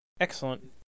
Excellent